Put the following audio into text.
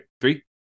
Three